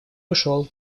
ушел